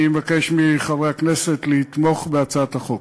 אני מבקש מחברי הכנסת לתמוך בהצעת החוק.